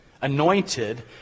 anointed